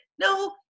no